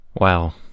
Wow